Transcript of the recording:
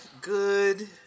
good